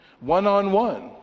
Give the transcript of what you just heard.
one-on-one